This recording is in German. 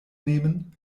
nehmen